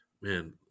man